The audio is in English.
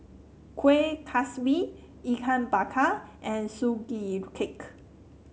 Kueh Kaswi Ikan Bakar and Sugee Cake